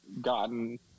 gotten